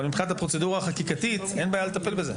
אבל מבחינת הפרוצדורה החקיקתית אין בעיה לטפל בזה.